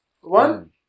one